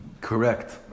Correct